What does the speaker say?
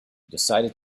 decided